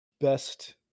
best